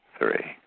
Three